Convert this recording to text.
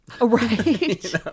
Right